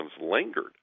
lingered